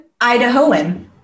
idahoan